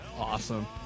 Awesome